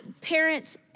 Parents